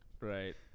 right